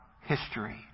history